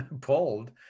pulled